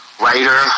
writer